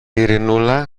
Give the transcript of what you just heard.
ειρηνούλα